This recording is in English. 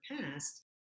past